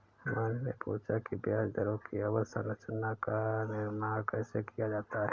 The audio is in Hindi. मोहिनी ने पूछा कि ब्याज दरों की अवधि संरचना का निर्माण कैसे किया जाता है?